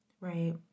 right